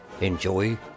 Enjoy